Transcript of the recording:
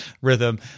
rhythm